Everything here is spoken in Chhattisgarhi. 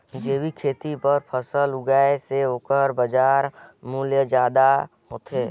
जैविक खेती बर फसल उगाए से ओकर बाजार मूल्य ज्यादा होथे